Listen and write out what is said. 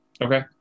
Okay